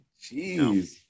Jeez